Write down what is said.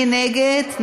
מי נגד?